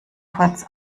kurz